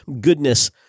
goodness